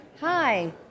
hi